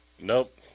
Nope